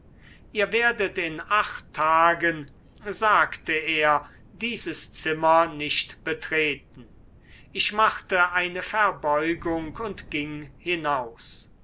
ihr werdet in acht tagen sagte er dieses zimmer nicht betreten ich machte eine verbeugung und ging hinaus